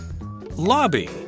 Lobby